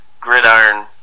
gridiron